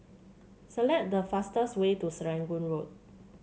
select the fastest way to Serangoon Road